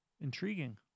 Intriguing